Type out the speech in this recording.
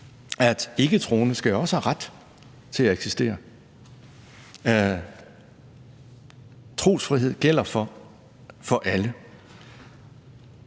at ikketroende jo også skal have ret til at eksistere. Trosfrihed gælder for alle.